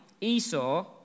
Esau